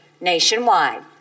nationwide